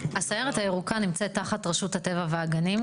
הסיירת הירוקה נמצאת תחת רשות הטבע והגנים.